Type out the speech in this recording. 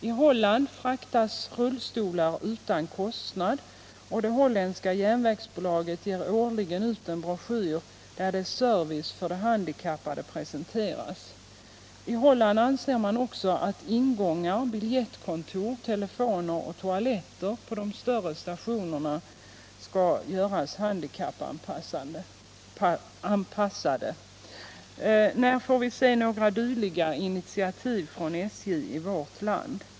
I Holland fraktas rullstolar utan kostnad, och det holländska järnvägsbolaget ger årligen ut en broschyr där dess service för de handikappade presenteras. I Holland anser man också att ingångar, biljettkontor, telefoner och toaletter på de större stationerna skall göras handikappanpassade. När får vi se några dylika initiativ från SJ i vårt land?